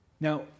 Now